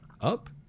up